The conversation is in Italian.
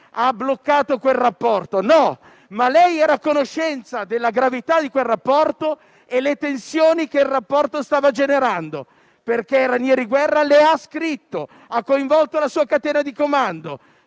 ha bloccato quel rapporto: no! Lei era però a conoscenza della gravità di quel rapporto e delle tensioni che stava generando, perché Ranieri Guerra le ha scritto e ha coinvolto la sua catena di comando.